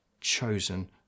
chosen